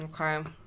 Okay